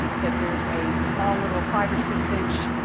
um that there's a small little five or six inch